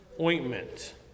ointment